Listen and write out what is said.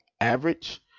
average